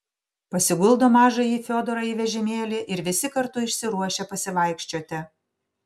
pasiguldo mažąjį fiodorą į vežimėlį ir visi kartu išsiruošia pasivaikščioti